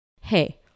Hey